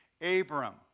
Abram